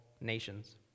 nations